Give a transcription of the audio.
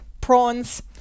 prawns